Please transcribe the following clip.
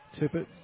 Tippett